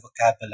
vocabulary